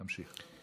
תמשיך.